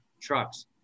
trucks